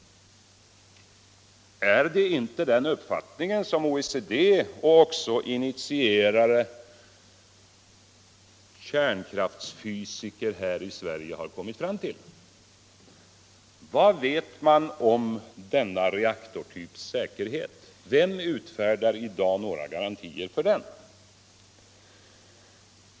Är det inte den uppfattningen som OECD och även initierade kärnkraftsfysiker här i Sverige kommit fram till? Vad vet man om denna reaktortyps säkerhet? Vem utfärdar i dag några garantier för den?